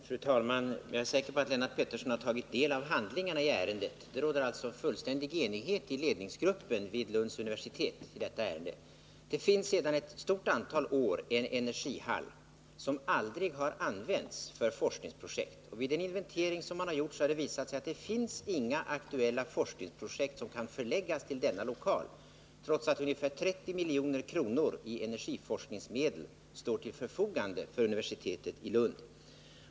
Fru talman! Jag är säker på att Lennart Pettersson har tagit del av handlingarna i ärendet och att han är medveten om att det råder fullständig enighet i ledningsgruppen vid Lunds universitet i den här frågan. Det finns sedan ett stort antal år en energihall som aldrig har använts för forskningsprojekt. Vid den inventering som man har gjort har det visat sig att det inte finns några aktuella forskningsprojekt som kan förläggas till denna lokal, trots att ungefär 30 milj.kr. i energiforskningsmedel står till förfogande för universitetet i Lund.